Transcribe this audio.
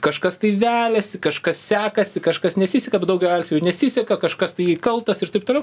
kažkas tai veliasi kažkas sekasi kažkas nesiseka bet daugelio atvejų nesiseka kažkas tai kaltas ir taip toliau